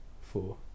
Four